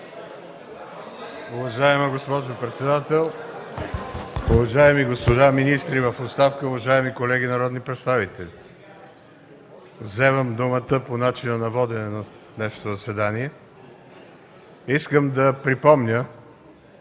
Уважаема госпожо председател, уважаеми господа министри в оставка, уважаеми колеги народни представители! Вземам думата по начина на водене на днешното заседание. Искам да припомня,